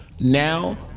Now